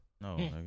No